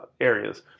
areas